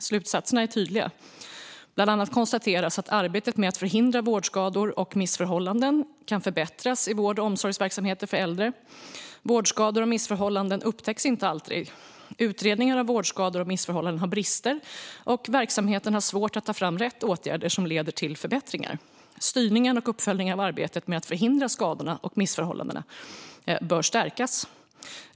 Slutsatserna är tydliga. Bland annat konstateras att arbetet med att förhindra vårdskador och missförhållanden kan förbättras i vård och omsorgsverksamheter för äldre. Vårdskador och missförhållanden upptäcks inte alltid. Utredningar av vårdskador och missförhållanden har brister, och verksamheterna har svårt att ta fram rätt åtgärder som leder till förbättringar. Styrningen och uppföljningen av arbetet med att förhindra skadorna och missförhållanden bör stärkas.